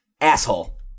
asshole